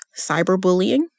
Cyberbullying